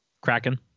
Kraken